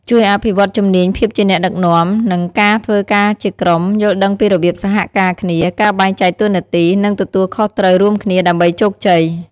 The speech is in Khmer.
ជួយអភិវឌ្ឍជំនាញភាពជាអ្នកដឹកនាំ និងការធ្វើការជាក្រុម យល់ដឹងពីរបៀបសហការគ្នា ការបែងចែកតួនាទី និងទទួលខុសត្រូវរួមគ្នាដើម្បីជោគជ័យ។